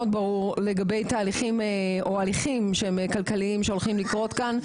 בבירור לתהליכים או הליכים שהם כלכליים שהולכים לקרות כאן,